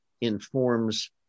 informs